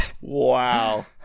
wow